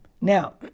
Now